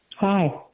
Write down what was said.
Hi